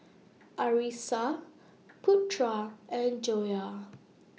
Arissa Putra and Joyah